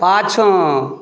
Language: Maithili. पाछाँ